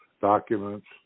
documents